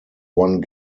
one